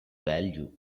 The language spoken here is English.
value